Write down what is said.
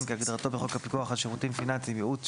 כהגדרתו בחוק הפיקוח על שירותים פיננסיים (ייעוץ,